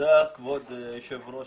תודה כבוד היושב ראש,